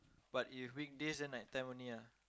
but if weekdays then night time only ah